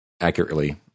accurately